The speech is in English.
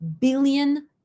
billion